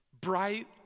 Bright